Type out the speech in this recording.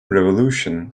revolution